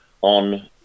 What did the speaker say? on